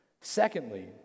Secondly